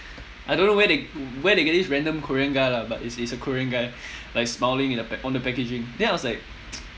I don't know where they where they get this random korean guy lah but it's it's a korean guy like smiling in the pa~ on the packaging then I was like